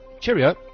cheerio